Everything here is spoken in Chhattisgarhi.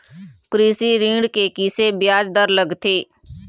कृषि ऋण के किसे ब्याज दर लगथे?